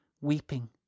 weeping